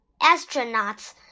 astronauts